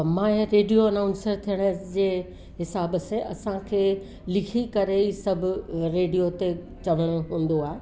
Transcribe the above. मां हिकु radio announcer थियण जे हिसाब सां असांखे लिखी करे ई सभु रेडियो ते चवणो हूंदो आहे